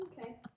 Okay